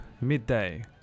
midday